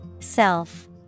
Self